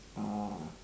uh